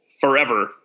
forever